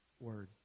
word